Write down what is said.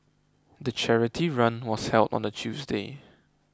the charity run was held on a Tuesday